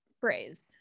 phrase